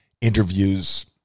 interviews